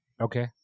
Okay